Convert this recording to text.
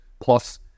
plus